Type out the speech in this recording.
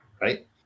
right